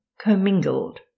commingled